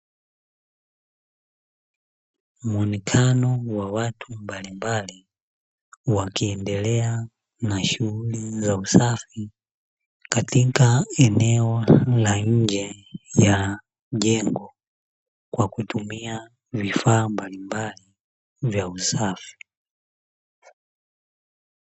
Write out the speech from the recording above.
Muonekano wa watu mbalimbali wakiendelea na shughuli za usafi, katika eneo la nje ya jengo kwa kutumia vifaa mbalimbali vya usafi.